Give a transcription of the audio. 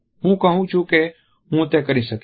હું કહું છું કે હું તે કરી શકીશ